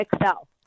excel